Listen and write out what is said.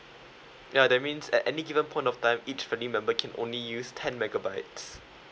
ya that means at any given point of time each family member can only use ten megabytes